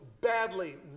badly